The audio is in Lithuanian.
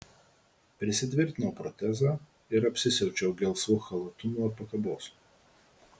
prisitvirtinau protezą ir apsisiaučiau gelsvu chalatu nuo pakabos